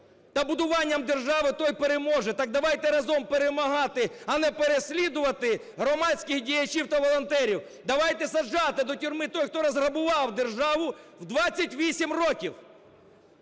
та будуванням держави – той переможе". Так давайте разом перемагати, а не переслідувати громадських діячів та волонтерів. Давайте саджати до тюрми тих, хто розграбував державу за 28 років,